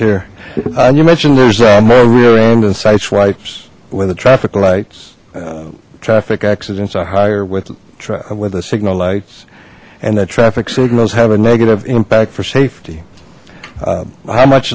here you mentioned there's more rear end in sight swipes where the traffic lights traffic accidents are higher with with the signal lights and the traffic signals have a negative impact for safety how much